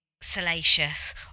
salacious